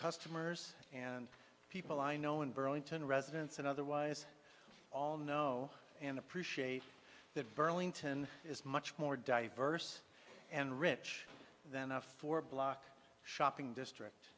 customers and people i know in burlington residents and otherwise all know and appreciate that burlington is much more diverse and rich than a four block shopping district